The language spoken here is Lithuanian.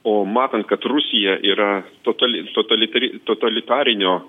o matant kad rusija yra totali totalitri totalitarinio